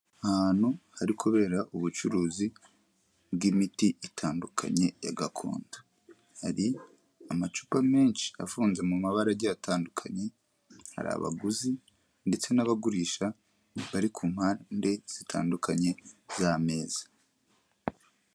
Ahantu hari kubera ubucuruzi bw'imiti itandukanye ya gakondo, hari amacupa menshi afunze mu mabara agiye atandukanye, hari abaguzi ndetse n'abagurisha bari ku mpande zitandukanye z'ameza.